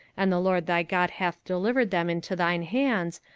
and the lord thy god hath delivered them into thine hands,